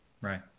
right